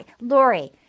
Lori